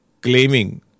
claiming